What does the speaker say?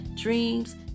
dreams